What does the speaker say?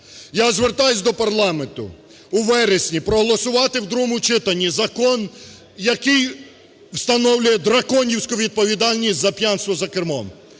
Я звертаюсь до парламенту: у вересні проголосувати у другому читанні закон, який встановлює драконівську відповідальність за п'янство за кермом,